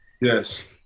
yes